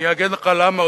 אני אגיד לך למה,